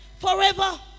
forever